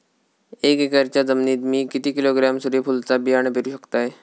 एक एकरच्या जमिनीत मी किती किलोग्रॅम सूर्यफुलचा बियाणा पेरु शकतय?